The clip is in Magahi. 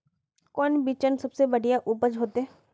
कौन बिचन सबसे बढ़िया उपज होते?